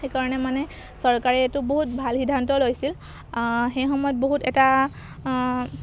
সেইকাৰণে মানে চৰকাৰে এইটো বহুত ভাল সিদ্ধান্ত লৈছিল সেই সময়ত বহুত এটা